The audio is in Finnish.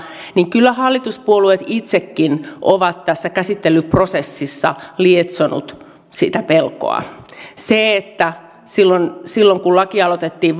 niin kyllä hallituspuolueet itsekin ovat tässä käsittelyprosessissa lietsoneet sitä pelkoa se että silloin silloin kun lakia aloitettiin